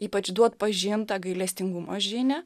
ypač duot pažint tą gailestingumo žinią